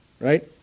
Right